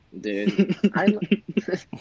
dude